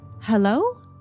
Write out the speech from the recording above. Hello